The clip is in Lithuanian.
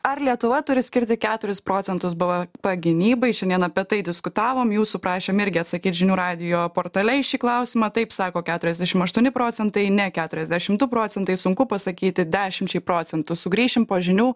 ar lietuva turi skirti keturis procentus bvp gynybai šiandien apie tai diskutavom jūsų prašėm irgi atsakyt žinių radijo portale į šį klausimą taip sako keturiasdešim aštuoni procentai ne keturiasdešim du procentai sunku pasakyti dešimčiai procentų sugrįšim po žinių